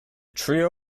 trio